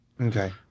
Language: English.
Okay